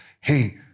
Hey